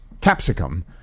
capsicum